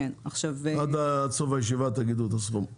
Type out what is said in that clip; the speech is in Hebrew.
עד סוף הישיבה תגידו את הסכום,